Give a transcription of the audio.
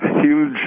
huge